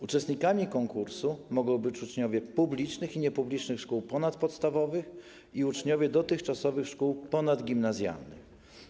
Uczestnikami konkursu mogą być uczniowie publicznych i niepublicznych szkół ponadpodstawowych i uczniowie dotychczasowych szkół ponadgimnazjalnych.